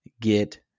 get